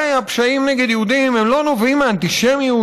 הפשעים נגד יהודים לא נובעים מאנטישמיות,